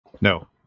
No